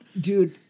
Dude